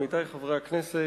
עמיתי חברי הכנסת,